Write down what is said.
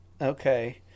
Okay